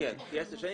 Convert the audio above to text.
כעשר שנים.